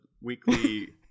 weekly